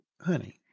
Honey